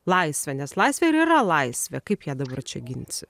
laisvę nes laisvė ir yra laisvė kaip ją dabar čia ginsi